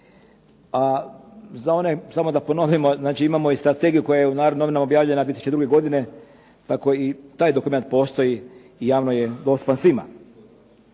A za one samo da ponovimo, znači imamo i strategiju koja je u "Narodnim novinama" objavljena 2002. godine, tako i taj dokument postoji i javno je dostupan svima.